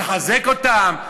מחזק אותם,